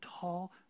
tall